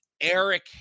Eric